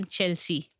Chelsea